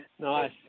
Nice